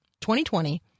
2020